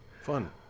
Fun